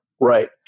Right